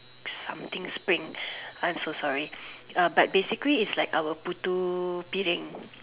something spring I'm so sorry uh but basically it's like our putu-piring